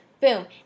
boom